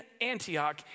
Antioch